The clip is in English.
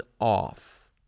off